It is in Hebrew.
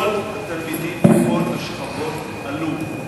כל התלמידים מכל השכבות עלו.